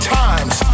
times